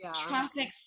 traffic